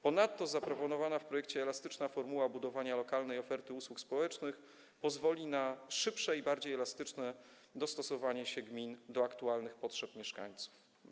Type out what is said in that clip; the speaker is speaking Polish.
Ponadto zaproponowana w projekcie elastyczna formuła budowania lokalnej oferty usług społecznych pozwoli na szybsze i bardziej elastyczne dostosowanie się gmin do aktualnych potrzeb mieszkańców.